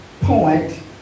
point